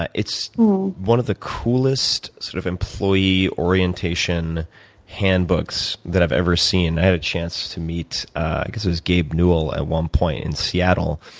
ah it's one of the coolest sort of employee orientation handbooks that i've ever seen. i had a chance to meet because it was gabe newell at one point in seattle.